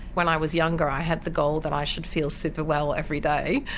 when i was younger i had the goal that i should feel super well every day,